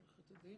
עורכת דין